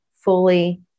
fully